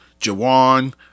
Jawan